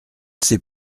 sais